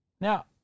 Now